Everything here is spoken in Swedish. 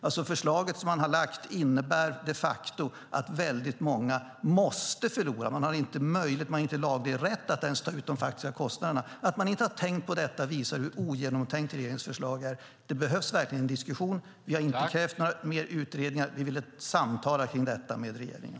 Det förslag som ni har lagt fram innebär de facto att väldigt många måste förlora. Man har inte möjlighet, inte laglig rätt, att ens ta ut de faktiska kostnaderna. Att ni inte har tänkt på detta visar hur ogenomtänkt regeringens förslag är. Det behövs verkligen en diskussion. Vi har inte krävt några mer utredningar, men vi vill samtala om detta med regeringen.